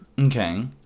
Okay